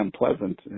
unpleasant